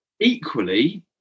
Equally